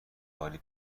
عالی